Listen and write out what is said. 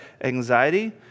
anxiety